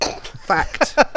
Fact